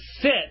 sit